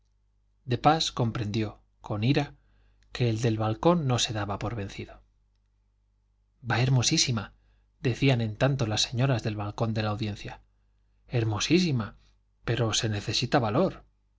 de pas comprendió con ira que el del balcón no se daba por vencido va hermosísima decían en tanto las señoras del balcón de la audiencia hermosísima pero se necesita valor